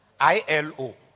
ILO